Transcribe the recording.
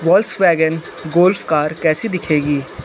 Volkswagen Golf car कैसी दिखेगी